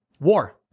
War